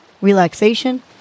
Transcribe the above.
relaxation